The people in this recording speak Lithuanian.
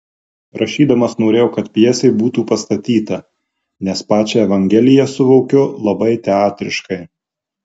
rašydamas norėjau kad pjesė būtų pastatyta nes pačią evangeliją suvokiu labai teatriškai